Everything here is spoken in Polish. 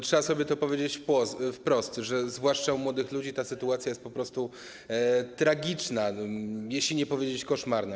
Trzeba sobie powiedzieć wprost, że zwłaszcza w przypadku młodych ludzi ta sytuacja jest po prostu tragiczna, żeby nie powiedzieć: koszmarna.